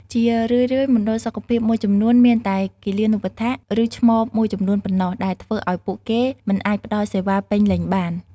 ជារឿយៗ មណ្ឌលសុខភាពមួយចំនួនមានតែគិលានុបដ្ឋាក ឬឆ្មបមួយចំនួនប៉ុណ្ណោះ ដែលធ្វើឱ្យពួកគេមិនអាចផ្តល់សេវាពេញលេញបាន។